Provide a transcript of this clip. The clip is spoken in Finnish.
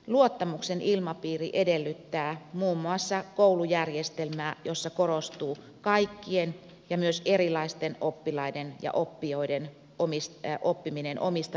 luottamuksen ilmapiiri edellyttää muun muassa koulujärjestelmää jossa korostuu kaikkien myös erilaisten oppilaiden ja oppijoiden oppiminen omista lähtökohdistaan käsin